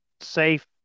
safe